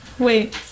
Wait